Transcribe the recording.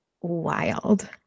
wild